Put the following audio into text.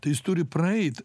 tai jis turi praeit